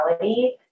reality